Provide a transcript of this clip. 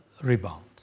rebound